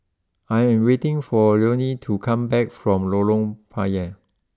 I am waiting for Lonie to come back from Lorong Payah